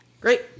Great